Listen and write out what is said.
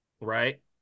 Right